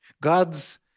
God's